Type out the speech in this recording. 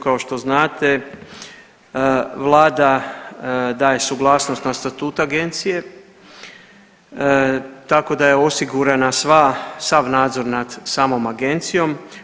Kao što znate vlada daje suglasnost na statut agencije, tako da je osigurana sva, sav nadzor nad samom agencijom.